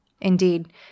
Indeed